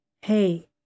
Hey